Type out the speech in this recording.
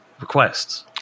requests